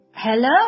Hello